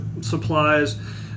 supplies